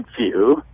view